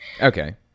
Okay